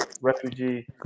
refugee